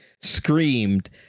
screamed